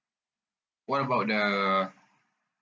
what about the